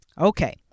Okay